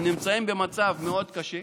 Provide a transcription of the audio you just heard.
הם נמצאים במצב מאוד קשה.